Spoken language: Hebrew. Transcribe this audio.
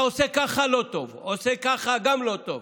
אתה עושה ככה, לא טוב, עושה ככה, גם לא טוב.